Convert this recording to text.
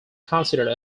considered